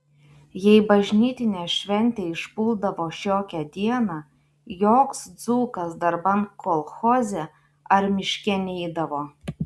jei bažnytinė šventė išpuldavo šiokią dieną joks dzūkas darban kolchoze ar miške neidavo